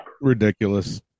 Ridiculous